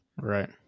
Right